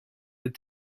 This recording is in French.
des